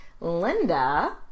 Linda